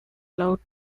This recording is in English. allowed